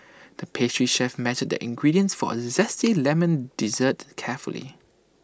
the pastry chef measured the ingredients for A Zesty Lemon Dessert carefully